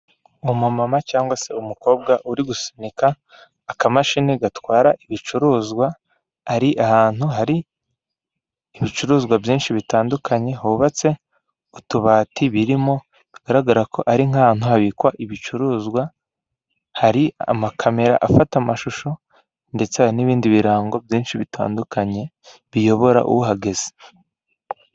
Umama cyangwa se umukobwa uri gusunika akamashini gatwara ibicuruzwa, ari ahantu hari ibicuruzwa byinshi bitandukanye, hubatse utubati birimo bigaragara ko ari nk'ahantu habikwa ibicuruzwa, hari amakamera afata amashusho ndetse hari n'ibindi birango byinshi bitandukanye biyobora uhageze.